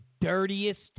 dirtiest